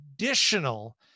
additional